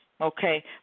Okay